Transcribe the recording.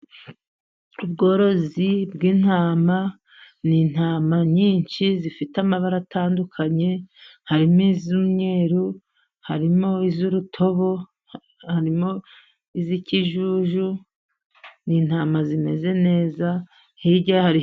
Ubworozi bw'intama, ni intama nyinshi zifite amabara atandukanye, harimo iz'umweruru, harimo iz'urutobo, harimo iz'ikijuju, n'intama zimeze neza, hirya hari.